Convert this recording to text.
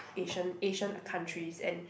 Asian Asian countries and